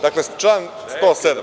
Dakle, član 107.